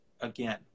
again